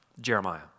Jeremiah